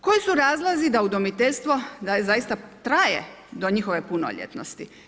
Koji su razlozi da udomiteljstvo da zaista traje do njihove punoljetnosti?